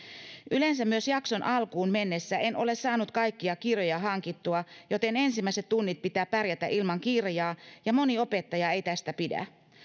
yleensä myös jakson alkuun mennessä en ole saanut kaikkia kirjoja hankittua joten ensimmäiset tunnit pitää pärjätä ilman kirjaa ja moni opettaja ei tästä pidä